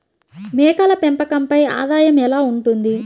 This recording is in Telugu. మేకల పెంపకంపై ఆదాయం ఎలా ఉంటుంది?